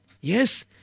Yes